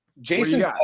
jason